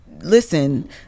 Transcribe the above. listen